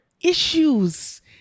issues